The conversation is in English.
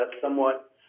somewhat